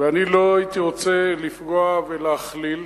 ואני לא הייתי רוצה לפגוע ולהכליל.